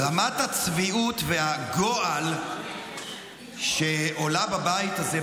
רמת הצביעות והגועל שעולה בבית הזה,